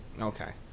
okay